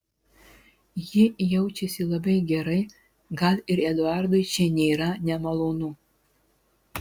ji jaučiasi labai gerai gal ir eduardui čia nėra nemalonu